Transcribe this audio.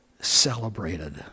celebrated